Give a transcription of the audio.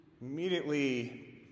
immediately